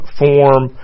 form